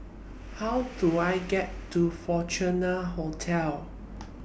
How Do I get to Fortuna Hotel